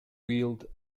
wield